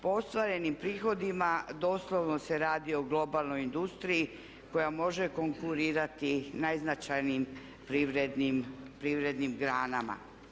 Po ostvarenim prihodima doslovno se radi o globalnoj industriji koja može konkurirati najznačajnijim privrednim granama.